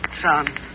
son